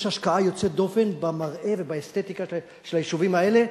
יש השקעה יוצאת דופן במראה ובאסתטיקה של היישובים האלה,